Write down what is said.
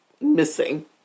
missing